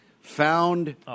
found